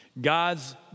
God's